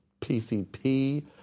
PCP